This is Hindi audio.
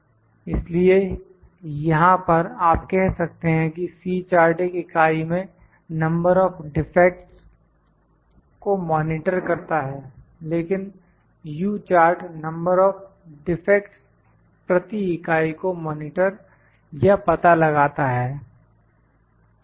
इसलिए यहां पर आप कह सकते हैं कि C चार्ट एक इकाई में नंबर ऑफ डिफेक्ट को मॉनिटर करता है लेकिन U chart number of defects प्रति इकाई को मॉनिटर या पता लगाता है ठीक है